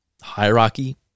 hierarchy